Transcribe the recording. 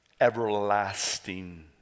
everlasting